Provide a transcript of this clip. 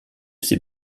ses